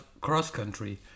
cross-country